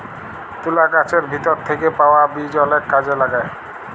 তুলা গাহাচের ভিতর থ্যাইকে পাউয়া বীজ অলেক কাজে ল্যাগে